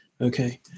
Okay